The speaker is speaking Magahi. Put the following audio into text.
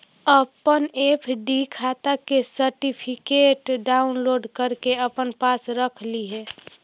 अपन एफ.डी खाता के सर्टिफिकेट डाउनलोड करके अपने पास रख लिहें